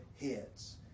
heads